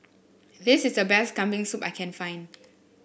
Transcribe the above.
this is the best Kambing Soup I can find